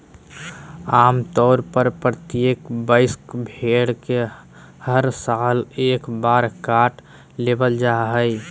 आम तौर पर प्रत्येक वयस्क भेड़ को हर साल एक बार काट लेबल जा हइ